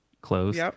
close